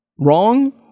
wrong